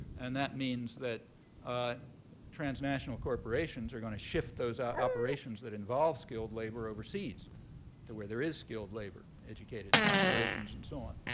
and that means that transnational corporations are going to shift those operations that involve skilled labor overseas to where there is skilled labor, educated populations and so on.